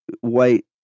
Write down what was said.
white